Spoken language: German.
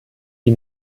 die